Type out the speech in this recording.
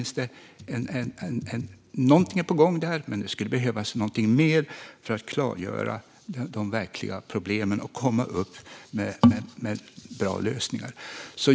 Någonting är på gång där, men det skulle behövas någonting mer för att klarlägga de verkliga problemen och komma fram med bra lösningar.